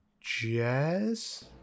Jazz